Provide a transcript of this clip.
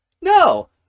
no